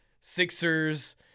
Sixers